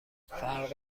فرق